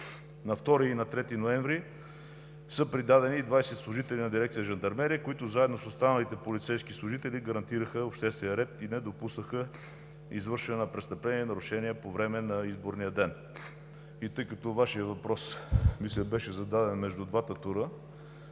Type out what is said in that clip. На 2 и на 3 ноември са придадени 20 служители на Дирекция „Жандармерия“, които заедно с останалите полицейски служители гарантираха обществения ред и не допуснаха извършване на престъпления и нарушения по време на изборния ден. Тъй като Вашият въпрос ми беше зададен между двата тура,